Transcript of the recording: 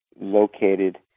located